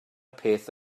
peth